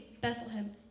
Bethlehem